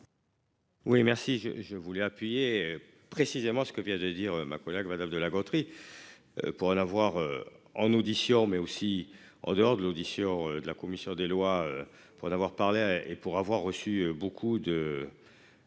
Oui merci je voulais appuyer précisément ce que vient de dire ma collègue Madame de La Gontrie. Pour la voir en audition mais aussi en dehors de l'audition de la commission des lois pour en avoir parlé et pour avoir reçu beaucoup de.